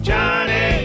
Johnny